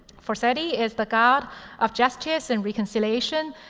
forseti is the god of justice and reconciliation,